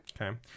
Okay